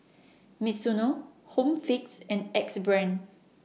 Misuno Home Fix and Axe Brand